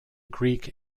greek